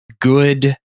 good